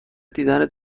دیدن